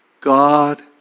God